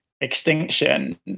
extinction